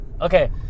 Okay